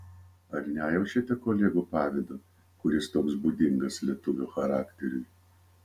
ar nejaučiate kolegų pavydo kuris toks būdingas lietuvio charakteriui